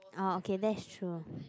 orh okay that is true